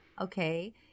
okay